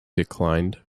declined